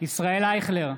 ישראל אייכלר,